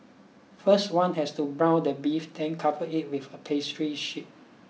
first one has to brown the beef then cover it with a pastry sheet